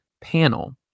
panel